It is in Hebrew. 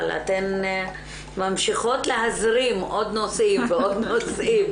אבל אתן ממשיכות להזרים עוד נושאים ועוד נושאים.